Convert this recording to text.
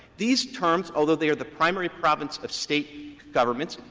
these terms, although they are the primary province of state governments,